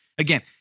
Again